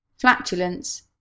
flatulence